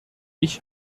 ich